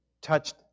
touched